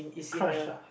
crush [;ah]